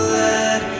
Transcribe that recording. let